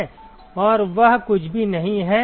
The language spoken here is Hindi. और वह कुछ भी नहीं है लेकिन A2 by 4 pi R square है